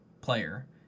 player